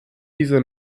diese